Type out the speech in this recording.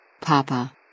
Papa